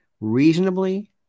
reasonably